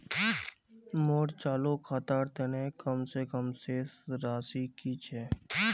मोर चालू खातार तने कम से कम शेष राशि कि छे?